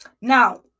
Now